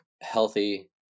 healthy